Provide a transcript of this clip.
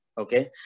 Okay